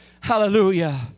Hallelujah